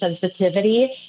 sensitivity